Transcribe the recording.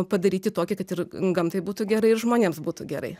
padaryti tokį kad ir gamtai būtų gerai ir žmonėms būtų gerai